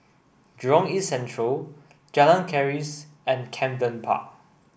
Jurong East Central Jalan Keris and Camden Park